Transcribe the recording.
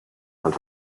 and